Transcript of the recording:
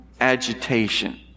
agitation